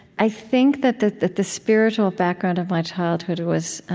i think that the that the spiritual background of my childhood was